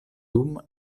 dum